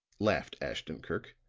laughed ashton-kirk.